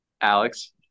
Alex